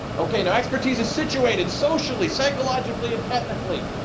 okay. now expertise is situated socially, psychologically, and technically.